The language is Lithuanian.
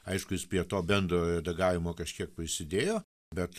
aiškus jis prie bendrojo redagavimo kažkiek prisidėjo bet